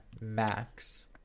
Max